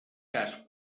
cas